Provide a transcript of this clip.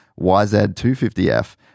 YZ250F